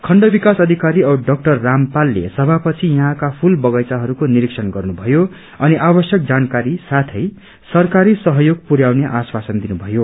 खण्ड विकास अधिकारी औ डा रामपालले सभापछि यहाँको फूल बबैचाइरूको निरीबण गर्नुभयो अनि आवश्यक जानकारी साथै सरकारी सहयोग पुरयाउने आश्वासन दिनुथयो